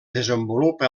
desenvolupa